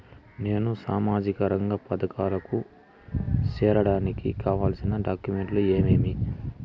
నేను సామాజిక రంగ పథకాలకు సేరడానికి కావాల్సిన డాక్యుమెంట్లు ఏమేమీ?